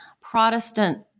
Protestant